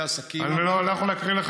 לטייל,